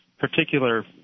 particular